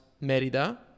Merida